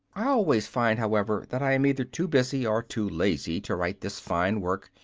i always find, however, that i am either too busy or too lazy to write this fine work,